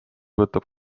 võtab